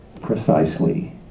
precisely